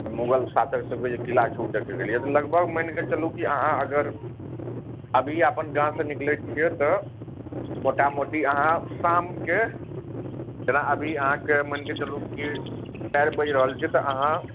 मुगल शासक सबके जे किला छै उ देखयके लिए तऽ लगभग मानिके चलू कि अहाँ अगर अभी अपन गाँवसँ निकलैत छियै तऽ मोटा मोटी अहाँ शामके जेना अभी अहाँके मानिके चलू कि चारि बाजि रहल छै तऽ अहाँ